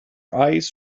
eyes